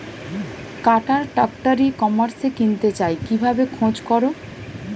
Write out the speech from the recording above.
কাটার tractor ই কমার্সে কিনতে চাই কিভাবে খোঁজ করো?